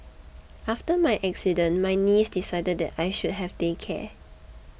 after my accident my niece decided that I should have day care